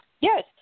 Yes